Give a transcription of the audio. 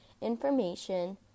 information